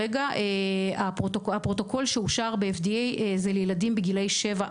שעלולים להתפתח באוכלוסייה מבוגרת עם מחלות רקע וקשורים לאשפוז,